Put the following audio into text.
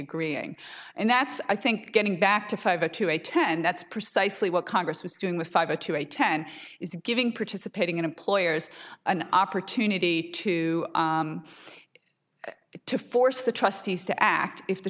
agreeing and that's i think getting back to five or two a ten that's precisely what congress was doing with fiber to a ten is giving participating in employers an opportunity to to force the trustees to act if the